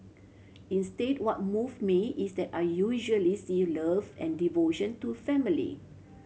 instead what move me is that I usually see love and devotion to family